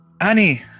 Annie